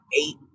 eight